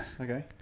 Okay